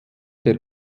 der